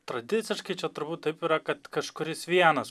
tradiciškai čia turbūt taip yra kad kažkuris vienas